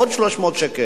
בעוד 300 שקל,